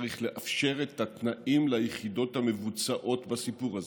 צריך לאפשר את התנאים ליחידות המבצעיות בסיפור הזה.